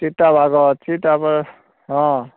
ଚିତା ବାଘ ଅଛି ତାପରେ ହଁ